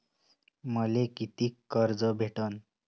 मले कितीक कर्ज भेटन?